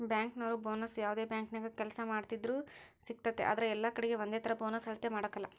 ಬ್ಯಾಂಕಿನೋರು ಬೋನಸ್ನ ಯಾವ್ದೇ ಬ್ಯಾಂಕಿನಾಗ ಕೆಲ್ಸ ಮಾಡ್ತಿದ್ರೂ ಸಿಗ್ತತೆ ಆದ್ರ ಎಲ್ಲಕಡೀಗೆ ಒಂದೇತರ ಬೋನಸ್ ಅಳತೆ ಮಾಡಕಲ